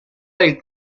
del